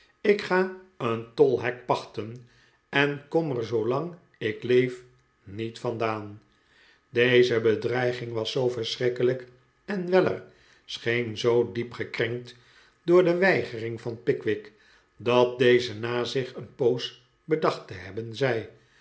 ik ga een tplhek paehten en kom er zoolang ik leef niet vandaan deze bedreiging was zoo verschrikkelijk en weller scheen zoo diep gekrenkt door de weigering van pickwick dat deze na zich een poos bedacht te hebben zei